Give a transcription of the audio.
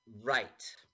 Right